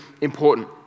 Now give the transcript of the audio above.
important